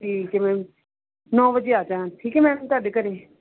ਠੀਕ ਹੈ ਮੈਮ ਨੌ ਵਜੇ ਆਜਾਂ ਠੀਕ ਹੈ ਮੈਮ ਤੁਹਾਡੇ ਘਰ